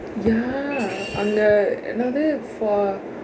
ya அங்க என்னது:angka ennathu for